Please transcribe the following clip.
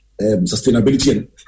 sustainability